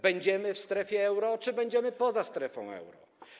Będziemy w strefie euro, czy będziemy poza strefą euro?